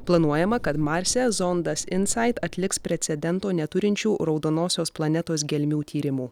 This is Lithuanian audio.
planuojama kad marse zondas insait atliks precedento neturinčių raudonosios planetos gelmių tyrimų